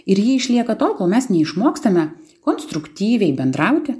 ir ji išlieka tol kol mes neišmokstame konstruktyviai bendrauti